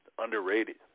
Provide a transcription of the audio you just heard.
underrated